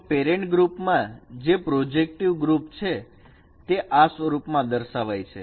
તો parent group મા જે પ્રોજેક્ટિવ ગ્રુપ છે તે આ સ્વરૂપમાં દર્શાવાય છે